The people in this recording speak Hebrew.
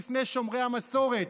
לפני שומרי המסורת,